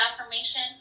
affirmation